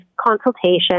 consultation